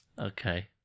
Okay